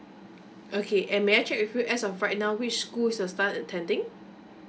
okay and may I check with you as of right now which school is your son attending